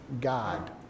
God